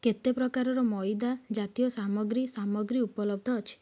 କେତେ ପ୍ରକାରର ମଇଦା ଜାତୀୟ ସାମଗ୍ରୀ ସାମଗ୍ରୀ ଉପଲବ୍ଧ ଅଛି